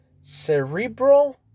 Cerebral